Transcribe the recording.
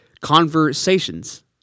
conversations